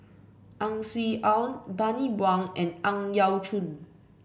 Ang Swee Aun Bani Buang and Ang Yau Choon